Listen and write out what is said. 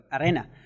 arena